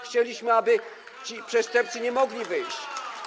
Chcieliśmy, aby ci przestępcy nie mogli wyjść.